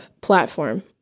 platform